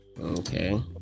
okay